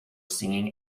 singing